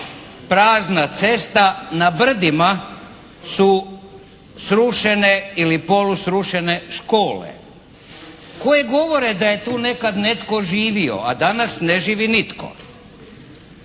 Prazna cesta. Na brdima su srušene ili polusrušene škole koje govore da je tu nekad netko živio a danas ne živi nitko.